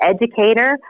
educator